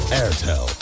airtel